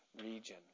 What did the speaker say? region